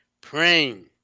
praying